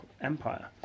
empire